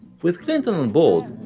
with clinton onboard,